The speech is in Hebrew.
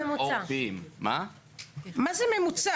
מה זה ממוצע?